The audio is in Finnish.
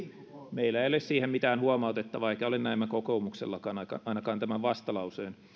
meillä ole siihen mitään huomautettavaa eikä ole näemmä kokoomuksellakaan ainakaan tämän vastalauseen